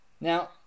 Now